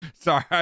sorry